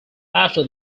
after